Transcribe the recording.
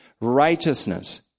righteousness